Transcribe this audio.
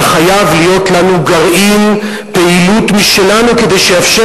אבל חייב להיות לנו גרעין פעילות משלנו כדי שיאפשר